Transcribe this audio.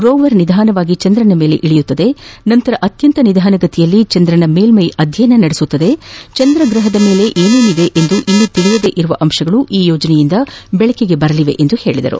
rover ನಿಧಾನವಾಗಿ ಚಂದ್ರನ ಮೇಲೆ ಇಳಿಯುತ್ತದೆ ನಂತರ ಅತ್ಯಂತ ನಿಧಾನಗತಿಯಲ್ಲಿ ಚಂದ್ರನ ಮೇಲ್ಮೈ ಅಧ್ಯಯನ ನಡೆಸುತ್ತದೆ ಚಂದ್ರ ಗ್ರಹದ ಮೇಲೆ ಏನಿದೆ ಎಂದು ಇನ್ನೂ ತಿಳಿಯದೇ ಇರುವ ಅಂಶಗಳು ಈ ಯೋಜನೆಯಿಂದ ಬೆಳಕಿಗೆ ಬರಲಿವೆ ಎಂದರು